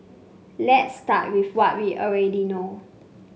let's start with what we already know